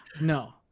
no